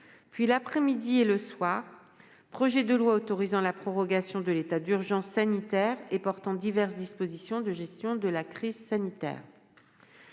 puis, l'après-midi et le soir : projet de loi autorisant la prorogation de l'état d'urgence sanitaire et portant diverses dispositions de gestion de la crise sanitaire